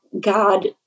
God